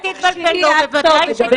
בטח שכן.